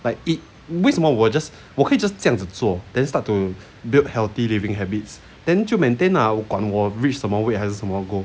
like eat 为什么我 just 我可以 just 这样子做 then start to build healthy living habits then 就 maintain lah 管我 reach 什么 weight 还是什么 goal